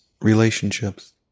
relationships